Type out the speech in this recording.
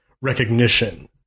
recognition